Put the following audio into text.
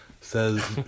says